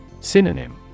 Synonym